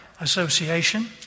Association